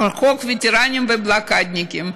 חוק הווטרנים והבלוקדניקים,